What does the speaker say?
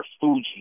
Fuji